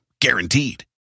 Guaranteed